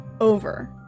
over